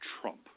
Trump